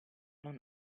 non